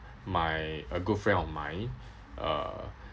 my a good friend of mine uh